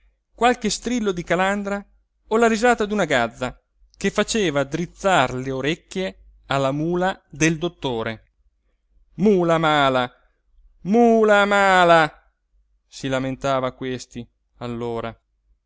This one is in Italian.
qualche strillo di calandra o la risata d'una gazza che faceva drizzar le orecchie alla mula del dottore mula mala mula mala si lamentava questi allora